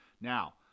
Now